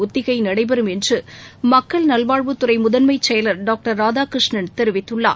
ஒத்திகை நடைபெறம் என்று மக்கள் நல்வாழ்வுத்துறை முதன்மை செயலர் டாக்டர் ராதாகிஷ்ணன் தெரிவித்துள்ளார்